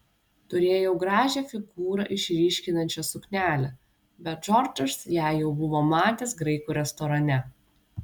turėjau gražią figūrą išryškinančią suknelę bet džordžas ją jau buvo matęs graikų restorane